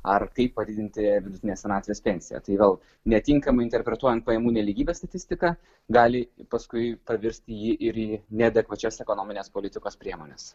ar kaip padidinti vidutinę senatvės pensiją tai vėl netinkamai interpretuojant pajamų nelygybės statistiką gali paskui pavirsti ji ir į neadekvačias ekonominės politikos priemones